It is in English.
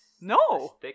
No